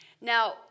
Now